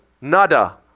Nada